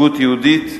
הגות יהודית,